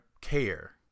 care